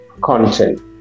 content